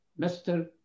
Mr